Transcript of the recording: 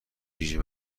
ویژه